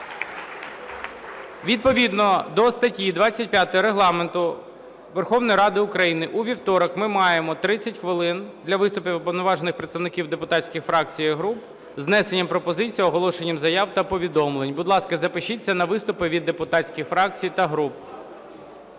Відповідно до статті 25 Регламенту у вівторок ми маємо 30 хвилин для виступів уповноважених представників депутатських фракцій та груп із внесенням пропозицій, оголошенням заяв та повідомлень. Будь ласка, запишіться на виступи від депутатських фракцій та груп.